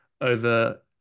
over